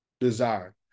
desire